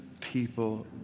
people